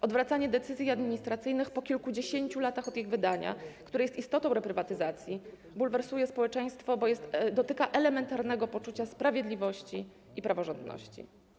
Odwracanie decyzji administracyjnych po kilkudziesięciu latach od ich wydania, które jest istotą reprywatyzacji, bulwersuje społeczeństwo, bo dotyka elementarnego poczucia sprawiedliwości i praworządności.